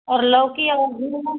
और लौकी और झींगा